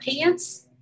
pants